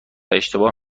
اشتباه